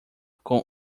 com